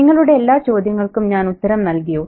നിങ്ങളുടെ എല്ലാ ചോദ്യങ്ങൾക്കും ഞാൻ ഉത്തരം നൽകിയോ